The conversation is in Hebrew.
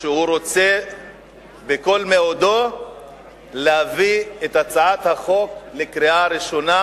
הוא רוצה בכל מאודו להביא את הצעת החוק לקריאה ראשונה